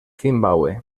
zimbabue